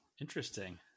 Interesting